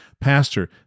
Pastor